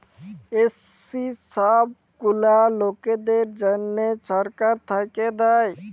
SC ছব গুলা লকদের জ্যনহে ছরকার থ্যাইকে দেয়